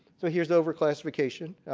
so here's over-classification.